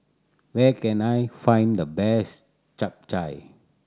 where can I find the best Chap Chai